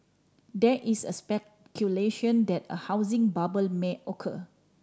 there is a speculation that a housing bubble may occur